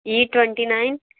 E twenty nine